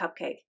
cupcake